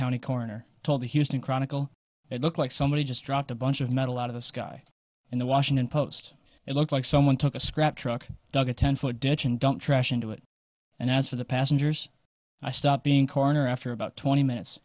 county coroner told the houston chronicle it looked like somebody just dropped a bunch of metal out of the sky in the washington post and looked like someone took a scrap truck dug a ten foot trash into it and as for the passengers i stopped being corner after about twenty minutes